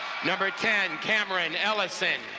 number ten, camryn ellyson.